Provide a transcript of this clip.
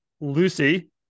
Lucy